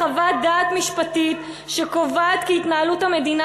חתמו על חוות-דעת משפטית שקובעת כי התנהלות המדינה